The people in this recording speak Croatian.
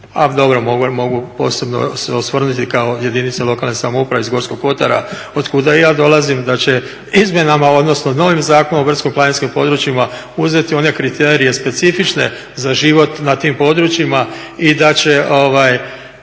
dobro mogu posebno se osvrnuti kao jedinice lokalne samouprave iz Gorskog kotara od kuda i ja dolazim da će izmjenama, odnosno novim Zakonom o brdsko-planinskim područjima uzeti one kriterije specifične za život na tim područjima i da će